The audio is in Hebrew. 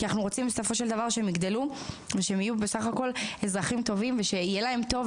כי אנחנו רוצים שהם יגדלו ושהם יהיו אזרחים טובים ושיהיה להם טוב.